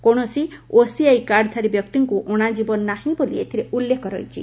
କୌଣସି ଓସିଆଇ କାର୍ଡଧାରୀ ବ୍ୟକ୍ତିଙ୍କୁ ଅଣାଯିବ ନାହିଁ ବୋଲି ଏଥିରେ ଉଲ୍କ୍ରେଖ ରହିଛି